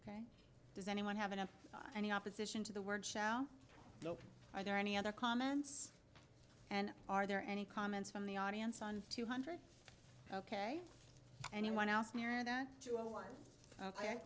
someone does anyone have enough any opposition to the word shall are there any other comments and are there any comments from the audience on two hundred ok anyone else